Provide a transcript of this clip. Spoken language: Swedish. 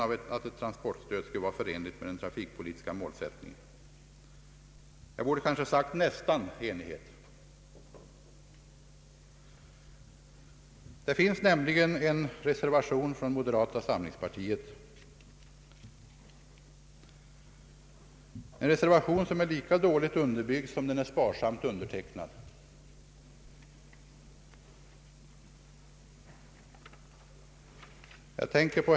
Jag vågar säga att det valet inte var svårt att göra. Det var ju fråga om transporter med en vikt av över 500 kilo, och det var fråga om transporter av viss längd. Säga vad man vill om de flygfrakter vi har i dag här i landet, men ännu har de inte nått en sådan omfattning att det nu skulle ha varit berättigat att ta med dem.